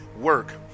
work